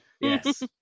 Yes